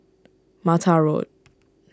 Mata Road